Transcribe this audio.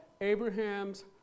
Abraham's